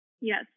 Yes